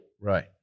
right